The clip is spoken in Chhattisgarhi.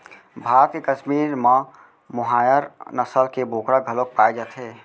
भारत के कस्मीर म मोहायर नसल के बोकरा घलोक पाए जाथे